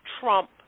Trump